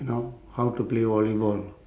you know how to play volleyball